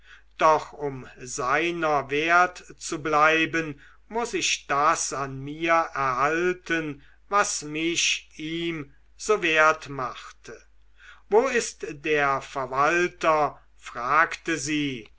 doch um seiner wert zu bleiben muß ich das an mir erhalten was mich ihm so wert machte wo ist der verwalter fragte sie